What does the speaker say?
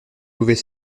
pouvait